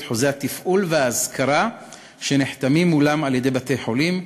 את חוזי התפעול וההשכרה שנחתמים מולם על-ידי בתי-חולים,